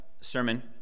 sermon